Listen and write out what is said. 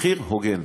מחיר הוגן.